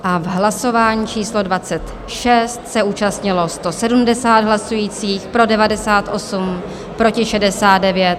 V hlasování číslo 26 se účastnilo 170 hlasujících, pro 98, proti 69.